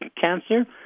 cancer